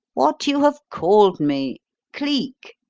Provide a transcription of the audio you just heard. what you have called me cleek.